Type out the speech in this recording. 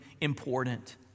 important